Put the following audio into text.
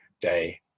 Day